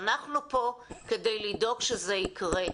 ואנחנו פה כדי לדאוג שזה יקרה.